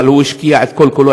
אבל הוא השקיע את כל-כולו,